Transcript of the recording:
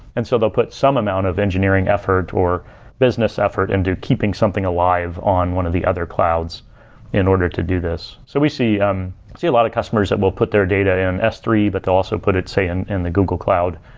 and so they'll put some amount of engineering effort, or business effort and into keeping something alive on one of the other clouds in order to do this so we see um see a lot of customers that will put their data in s three, but they'll also put it say in in the google cloud.